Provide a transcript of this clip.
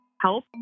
help